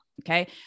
Okay